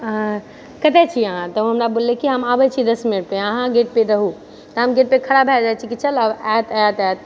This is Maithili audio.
कतऽ छियै अहाँ तऽ ओ हमरा बोललै कि हम आबै छियै दश मिनटमे अहाँ गेट पे रहू तऽ हम गेट पे खड़ा भए जाइ छियै कि चल आब आएत आएत आएत